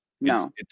No